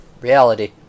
reality